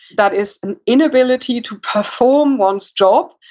that is an inability to perform one's job,